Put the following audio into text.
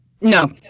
No